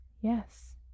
Yes